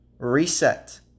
reset